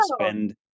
spend